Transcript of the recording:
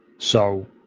so,